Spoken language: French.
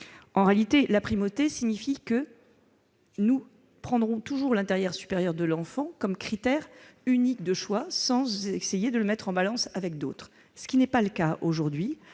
En réalité, le concept de primauté implique que nous prendrons toujours l'intérêt supérieur de l'enfant comme critère unique de choix, sans essayer de le mettre en balance avec d'autres. Or tel n'est pas le cas aujourd'hui